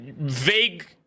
vague